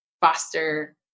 foster